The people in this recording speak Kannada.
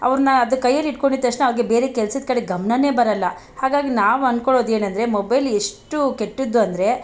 ಅವ್ರನ್ನ ಅದು ಕೈಯಲ್ಲಿಟ್ಕೊಂಡಿದ್ದು ತಕ್ಷಣ ಅವ್ರಿಗೆ ಬೇರೆ ಕೆಲಸದ ಕಡೆ ಗಮನವೇ ಬರೊಲ್ಲ ಹಾಗಾಗಿ ನಾವು ಅಂದ್ಕೊಳೋದೇನೆಂದ್ರೆ ಮೊಬೈಲ್ ಎಷ್ಟು ಕೆಟ್ಟದ್ದು ಅಂದರೆ